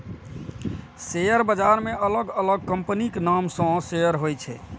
share बाजार मे अलग अलग कंपनीक नाम सं शेयर होइ छै